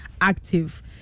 active